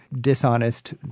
dishonest